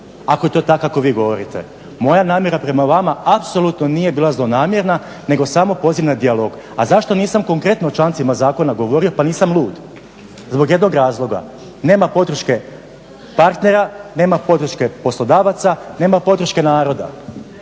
ako je tako kako vi govorite? Moja namjera prema vam apsolutno nije bila zlonamjerna nego samo poziv na dijalog. A zašto nisam konkretno o člancima zakona govorio? Pa nisam lud, zbog jednog razloga. Nema podrške partnera, nema